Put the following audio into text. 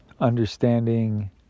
understanding